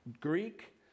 Greek